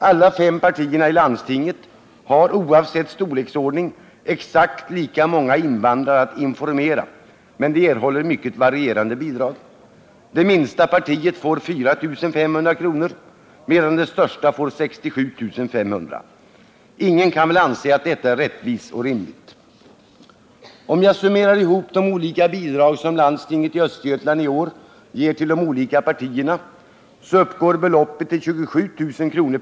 Alla fem partierna i landstinget, oavsett storleksordning, har exakt lika många invandrare att informera, men de erhåller mycket varierande bidrag. Det minsta partiet får 4 500 kr., medan det största får 67 500 kr. Ingen kan väl anse att detta är rättvist och rimligt. Om jag summerar ihop de olika bidrag som landstinget i Östergötland i år ger till de olika partierna, så uppgår beloppet till 27 000 kr.